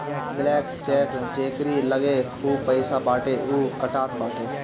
blank cheque जेकरी लगे खूब पईसा बाटे उ कटात बाटे